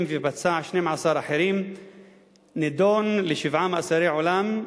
ופצע 12 אחרים ונידון לשבעה מאסרי עולם.